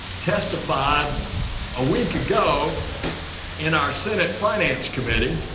testified a week ago in our senate finance committee,